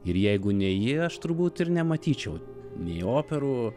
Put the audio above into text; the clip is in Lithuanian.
ir jeigu ne ji aš turbūt ir nematyčiau nei operų